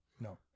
no